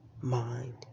mind